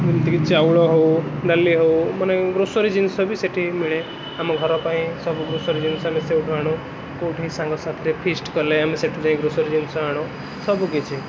ଯେମିତିକି ଚାଉଳ ହଉ ଡାଲି ହଉ ମାନେ ଗ୍ରୋସରି ଜିନିଷ ବି ସେଇଠି ମିଳେ ଆମ ଘର ପାଇଁ ସବୁ ଗ୍ରୋସରି ଜିନିଷ ଆମେ ସେଇଠୁ ଆଣୁ କେଉଁଠି ସାଙ୍ଗସାଥିରେ ଫିଷ୍ଟ କଲେ ଆମେ ସେଇଠୁ ଯାଇ ଗ୍ରୋସରି ଜିନିଷ ଆଣୁ ସବୁ କିଛି